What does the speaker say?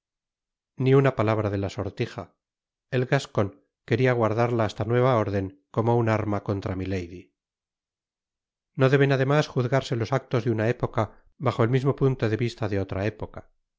ni una palabra hablaba de la sortija el gascon queria guardarla hasta nueva órden como una arma contra milady no deben además juzgarse los actos de una época bajo el mismo punto de vista de otra época